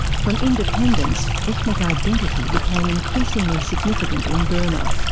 from independence, ethnic identity became increasingly significant in burma.